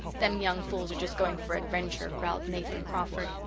them young fools are just going for adventure, growled nathan crawford.